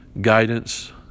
guidance